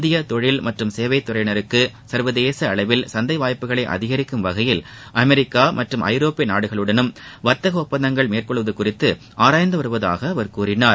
இந்திய தொழில் மற்றும் சேவைத்துறையினருக்கு சர்வதேச அளவில் சந்தை வாய்ப்புகளை அதினிக்கும் வகையில் அமெரிக்கா மற்றும் ஐரோப்பிய நாடுகளுடனும் வர்த்தக ஒப்பந்தங்கள் மேற்கொள்வது குறித்து ஆராய்ந்து வருவதாக அவர் கூறினார்